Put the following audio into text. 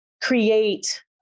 create